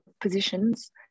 positions